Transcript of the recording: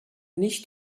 nicht